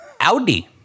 Audi